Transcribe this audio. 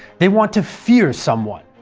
they want to fear someone.